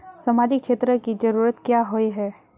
सामाजिक क्षेत्र की जरूरत क्याँ होय है?